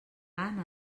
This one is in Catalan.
anna